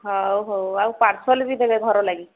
ହଉ ହଉ ଆଉ ପାର୍ସଲ ବି ଦେବେ ଘର ଲାଗି